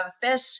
fish